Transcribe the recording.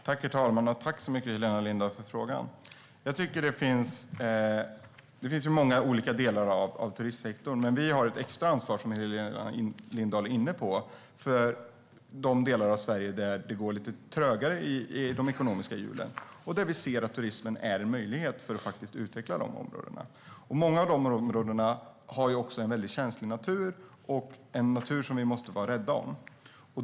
Herr talman! Tack för frågan, Helena Lindahl! Det finns många olika delar i turistsektorn. Vi har ett extra ansvar, precis som Helena Lindahl säger, för de delar där de ekonomiska hjulen går lite trögare. Vi ser att turismen är en möjlighet att utveckla de områdena. Många av dessa områden har en väldigt känslig natur som vi måste vara rädda om.